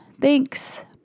Thanks